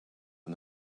and